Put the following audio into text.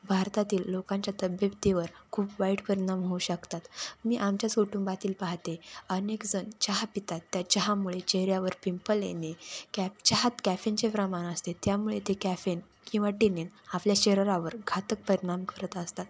भारतातील लोकांच्या तब्येतीवर खूप वाईट परिणाम होऊ शकतात मी आमच्याच कुटुंबातील पाहाते अनेक जण चहा पितात त्या चहामुळे चेहऱ्यावर पिंपल येणे कॅ चहात कॅफेनचे प्रमाण असते त्यामुळे ते कॅफेन किंवा टिनेन आपल्या शरीरावर घातक परिणाम करत असतात